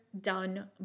done